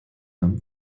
them